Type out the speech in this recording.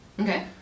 Okay